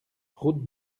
route